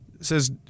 says